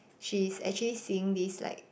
she's actually seeing this like